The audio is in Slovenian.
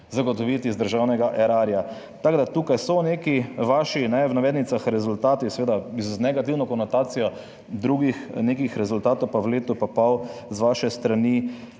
zagotoviti iz državnega erarja. Tako da, tukaj so neki vaši, v navednicah, rezultati, seveda z negativno konotacijo, drugih nekih rezultatov pa v letu pa pol z vaše strani